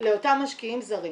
לאותם משקיעים זרים